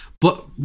But-